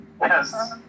Yes